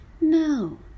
No